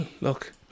Look